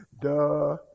Duh